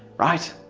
right?